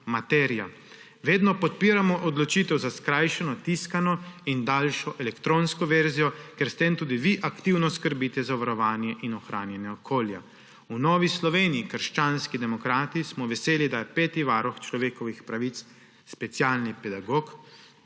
Vedno podpiramo odločitev za skrajšano tiskano in daljšo elektronsko verzijo, ker s tem tudi vi aktivno skrbite za varovanje in ohranjanje okolja. V Novi Sloveniji – krščanskih demokratih smo veseli, da je peti varuh človekovih pravic specialni pedagog